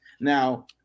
Now